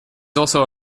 also